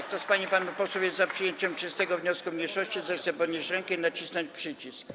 Kto z pań i panów posłów jest za przyjęciem 39. wniosku mniejszości, zechce podnieść rękę i nacisnąć przycisk.